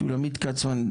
שולמית כצמן,